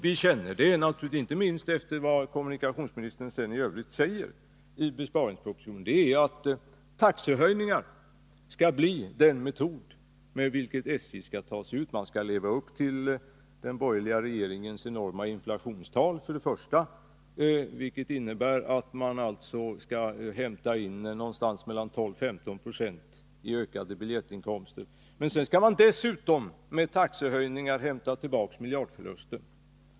Vi känner oro, inte minst efter vad kommunikationsministern säger i besparingspropositionen, att taxehöjningar skall bli den metod med vilken SJ skall ta sig ur denna situation. Man skall till en början leva upp till den borgliga regeringens enorma inflationstal, vilket innebär att vi har att vänta oss 12-15 96 i ökade biljettkostnader, men sedan skall man med taxehöjningar också hämta tillbaka miljardförlusten.